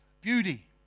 beauty